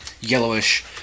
yellowish